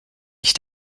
ich